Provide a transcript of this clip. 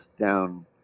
down